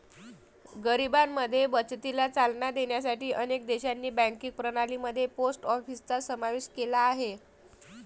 गरिबांमध्ये बचतीला चालना देण्यासाठी अनेक देशांनी बँकिंग प्रणाली मध्ये पोस्ट ऑफिसचा समावेश केला आहे